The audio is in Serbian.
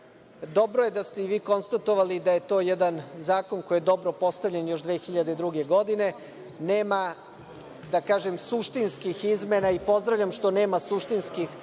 dobro je da ste i vi konstatovali da je to jedan zakon koji je dobro postavljen još 2002. godine. Nema suštinskih izmena i pozdravljam što nema suštinskih izmena,